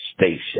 station